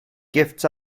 gifts